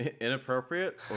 Inappropriate